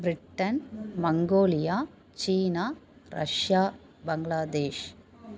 Britain Mongolia China Russia Bangladesh